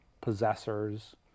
possessors